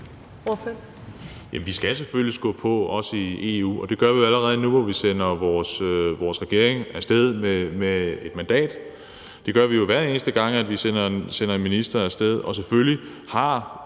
Vi skal selvfølgelig skubbe på – også i EU – og det gør vi allerede nu, hvor vi sender vores regering af sted med et mandat. Det gør vi jo, hver eneste gang vi sender en minister af sted. Og selvfølgelig har